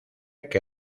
que